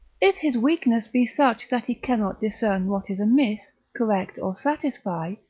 if his weakness be such that he cannot discern what is amiss, correct, or satisfy,